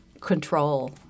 control